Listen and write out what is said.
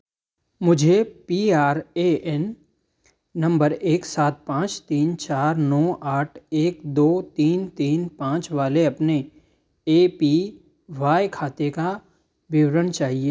मुझे P R A N number एक सात पाँच तीन चार नौ आठ एक दो तीन तीन पाँच वाले अपने ए पी वाई खाते का विवरण चाहिए